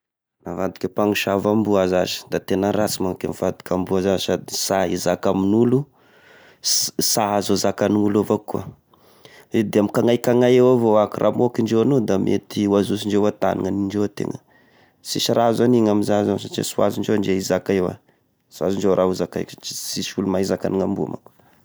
Navadika a mpamosavy amboa zashy da tegna rasy manko i mivadiky amboa iza sady sy ahay izaka amin'olo, sy-sa ahazo zakan'olo avao koa, i da mikagnaikagnay avao ako, raha ambokan'indreo amy io da mety ho azohazondreo an-tagna, ny indreo tegna, sisy raha azo agnino amy za satria sy ho azondreo ndre i zaka io ah, sy ho azondreo raha zakaiko, sisy olo mahay zakany amboa manko.